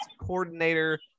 coordinator